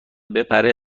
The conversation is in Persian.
بپره